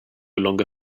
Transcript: longer